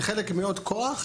היא חלק מעוד כוח.